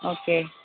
okay